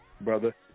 brother